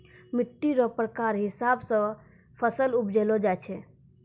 मिट्टी रो प्रकार हिसाब से फसल उपजैलो जाय छै